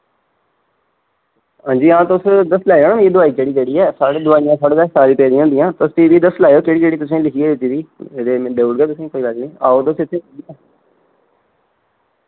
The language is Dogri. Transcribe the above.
हांजी हां तुस दस्स लैयो ना मि दोआई केह्ड़ी केह्ड़ी ऐ साढ़ी दोआइयां साढ़े कच्छ सारी पेदियां होंदियां तुस फ्ही बी दस्सी लैयो केह्ड़ी केह्ड़ी तुसें लिखियै दित्ती दी एह्दे मैं देऊड़गा तुसें कोई गल्ल नेईं आओ तुस इत्थे